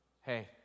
Hey